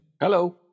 Hello